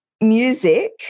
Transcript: Music